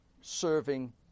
serving